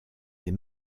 des